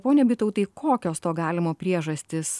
pone bitautai kokios to galimo priežastys